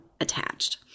attached